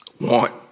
want